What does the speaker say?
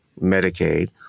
Medicaid